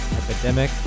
epidemic